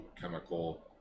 chemical